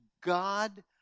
God